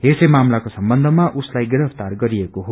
यसै मामलाको सम्बन्धमा उसलाई गरिफ्तार गरिएको हो